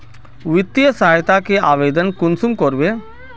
वित्तीय सहायता के आवेदन कुंसम करबे?